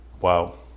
Wow